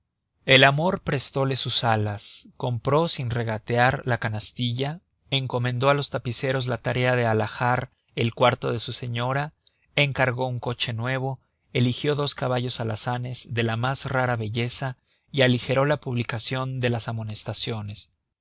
el amor prestole sus alas compró sin regatear la canastilla encomendó a los tapiceros la tarea de alhajar el cuarto de su señora encargó un coche nuevo eligió dos caballos alazanes de la más rara belleza y aligeró la publicación de las amonestaciones